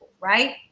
right